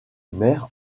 mère